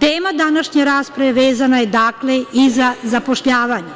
Tema današnje rasprave vezana je, dakle, i za zapošljavanja,